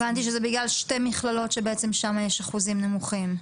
הבנתי שזה בגלל שתי מכללות שבעצם שם יש אחוזים נמוכים.